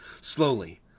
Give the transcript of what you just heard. Slowly